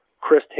Chris